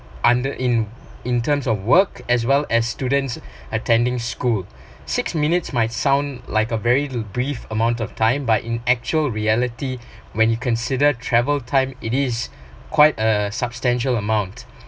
under in in terms of work as well as students attending school six minutes might sound like a very brief amount of time but in actual reality when you consider travel time it is quite a substantial amount